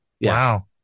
Wow